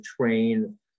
train